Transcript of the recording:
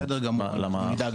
בסדר גמור, אני אדאג לזה.